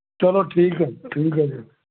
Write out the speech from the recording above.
ਚਲੋੋੋੋ ਠੀਕ ਹੈ ਠੀਕ ਹੈ ਜੀ